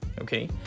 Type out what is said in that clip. okay